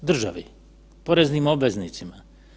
Državi, poreznim obveznicima.